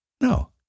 No